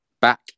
back